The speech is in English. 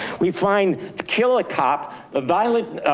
we find the kill a cop of violent,